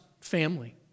family